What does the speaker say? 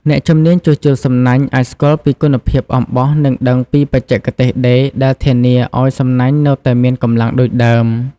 អ្នកជំនាញជួសជុលសំណាញ់អាចស្គាល់ពីគុណភាពអំបោះ និងដឹងពីបច្ចេកទេសដេរដែលធានាឲ្យសំណាញ់នៅតែមានកម្លាំងដូចដើម។